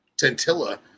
tentilla